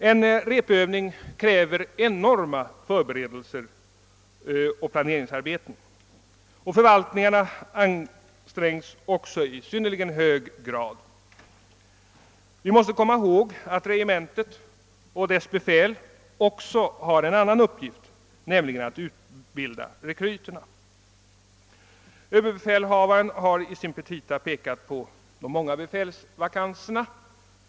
En repövning kräver enorma förberedelser och planeringsarbeten, och förvaltningarna ansträngs i synnerligen hög grad. Vi måste komma ihåg att regementet och dess befäl också har en annan uppgift: att utbilda rekryterna. Överbefälhavaren har i sina petita pekat på de många befälsvakanserna.